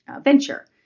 venture